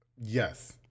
yes